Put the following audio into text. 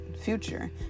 future